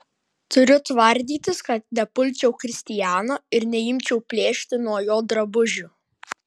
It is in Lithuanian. turiu tvardytis kad nepulčiau kristiano ir neimčiau plėšti nuo jo drabužių